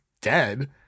dead